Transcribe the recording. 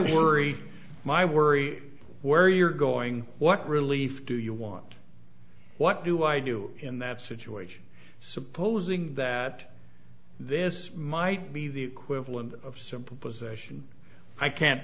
worry my worry where you're going what relief do you want what do i do in that situation supposing that this might be the equivalent of simple possession i can't